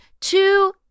two